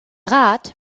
rat